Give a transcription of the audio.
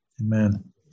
Amen